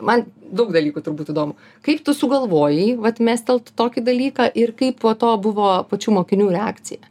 man daug dalykų turbūt įdomu kaip tu sugalvojai vat mestelt tokį dalyką ir kaip po to buvo pačių mokinių reakcija